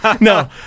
No